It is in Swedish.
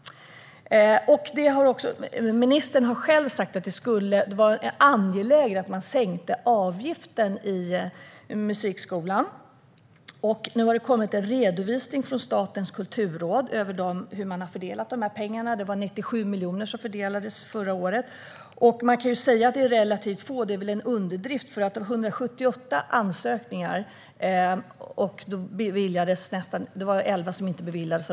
Ministern har själv sagt att det var angeläget att man sänkte avgiften i musikskolan. Nu har det kommit en redovisning från Statens kulturråd över hur man har fördelat pengarna. Det var 97 miljoner som fördelades förra året. Av 178 ansökningar var det 11 som inte beviljades.